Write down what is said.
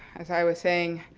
as i was saying,